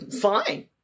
Fine